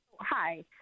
Hi